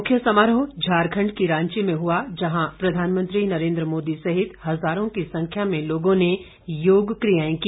मुख्य समारोह झारखंड के रांची में हुआ जहां प्रधानमंत्री नरेंद्र मोदी सहित हजारों की संख्या में लोगों ने योग कियाएं की